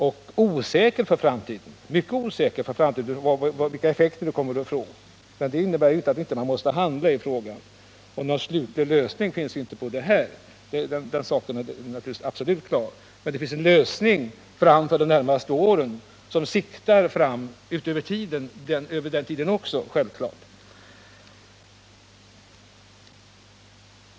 Effekterna av de åtgärder som diskuteras är också mycket osäkra för framtiden. Men det innebär inte att man skall underlåta att handla. Någon slutgiltig lösning på problemen finns alltså inte, men det finns en lösning för de närmaste åren framöver —den saken är absolut klar.